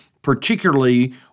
particularly